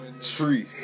tree